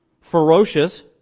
Ferocious